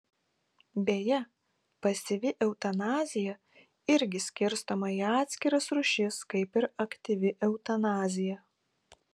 beje pasyvi eutanazija irgi skirstoma į atskiras rūšis kaip ir aktyvi eutanazija